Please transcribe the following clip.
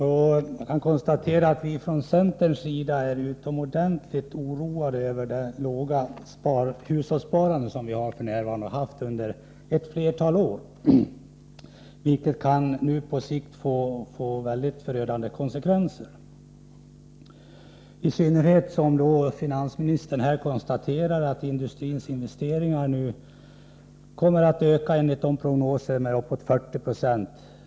Jag kan konstatera att vi från centerns sida är utomordentligt oroade över det låga hushållssparande som vi har haft under ett flertal år, vilket på sikt kan få förödande konsekvenser, i synnerhet som finansministern här har sagt att industrins investeringar enligt prognoser kommer att öka med uppåt 40 96.